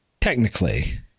Technically